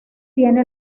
tiene